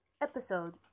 episode